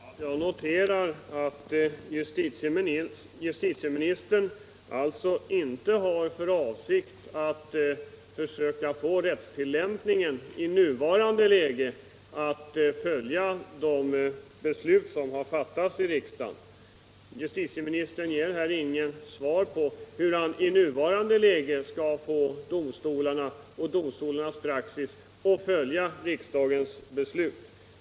Herr talman! Jag noterar att justitieministern alltså inte har för avsikt att försöka få rättstillämpningen i nuvarande läge att följa de beslut som har fattats i riksdagen. Justitieministern ger här inget svar på frågan hur man i nuvarande läge skall få domstolarna att följa riksdagens beslut.